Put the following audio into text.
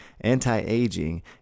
anti-aging